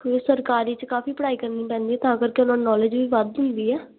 ਕਿਓਂ ਸਰਕਾਰੀ 'ਚ ਕਾਫੀ ਪੜ੍ਹਾਈ ਕਰਨੀ ਪੈਂਦੀ ਹੈ ਤਾਂ ਕਰਕੇ ਉਹਨਾਂ ਨੂੰ ਨੌਲੇਜ ਵੀ ਵੱਧ ਹੁੰਦੀ ਆ